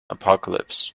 apocalypse